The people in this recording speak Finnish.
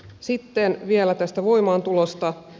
sitten vielä tästä voimaantulosta